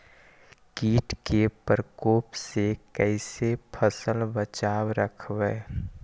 कीट के परकोप से कैसे फसल बचाब रखबय?